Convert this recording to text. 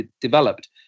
developed